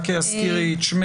תודה.